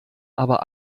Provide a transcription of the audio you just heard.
aber